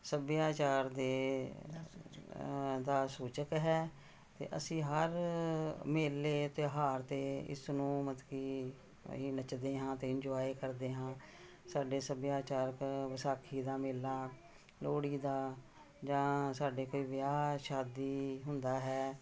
ਸੱਭਿਆਚਾਰ ਦੇ ਦਾ ਸੂਚਕ ਹੈ ਅਤੇ ਅਸੀਂ ਹਰ ਮੇਲੇ ਤਿਉਹਾਰ 'ਤੇ ਇਸ ਨੂੰ ਮਤਲਬ ਕਿ ਅਸੀਂ ਨੱਚਦੇ ਹਾਂ ਅਤੇ ਇੰਜੋਏ ਕਰਦੇ ਹਾਂ ਸਾਡੇ ਸੱਭਿਆਚਾਰਕ ਵਿਸਾਖੀ ਦਾ ਮੇਲਾ ਲੋਹੜੀ ਦਾ ਜਾਂ ਸਾਡੇ ਕਈ ਵਿਆਹ ਸ਼ਾਦੀ ਹੁੰਦਾ ਹੈ